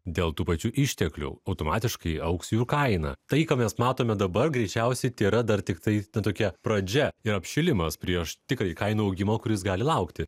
dėl tų pačių išteklių automatiškai augs jų ir kaina tai ką mes matome dabar greičiausiai tėra dar tiktai ta tokia pradžia ir apšilimas prieš tikrąjį kainų augimą kuris gali laukti